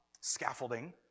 scaffolding